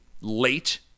late